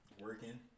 working